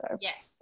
Yes